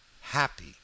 happy